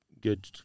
good